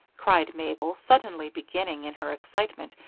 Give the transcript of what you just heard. cried mabel, suddenly beginning, in her excitement,